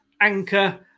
anchor